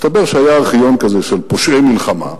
מסתבר שהיה ארכיון כזה, של פושעי מלחמה,